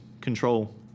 control